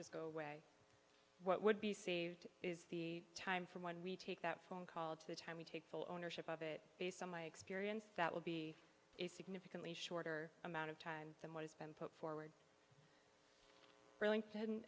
just go away what would be saved is the time from when we take that phone call to the time we take full ownership of it based on my experience that will be a significantly shorter amount of time than what has been put forward